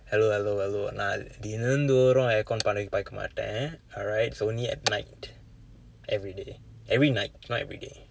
hello hello hello நான் தினந்தோறும்:naan thinandthoorum aircon பயன்படுத்த மாட்டேன்:payanpaduththa matdeen alright it's only at night everyday every night not everyday